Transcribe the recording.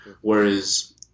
Whereas